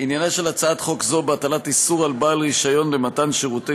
עניינה של הצעת חוק זו בהטלת איסור על בעל רישיון למתן שירותי